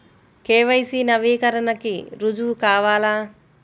KYC నవీకరణకి రుజువు కావాలా?